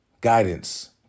guidance